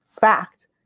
fact